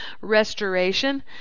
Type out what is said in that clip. restoration